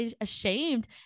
ashamed